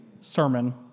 sermon